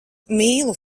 mīlu